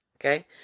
okay